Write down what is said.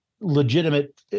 legitimate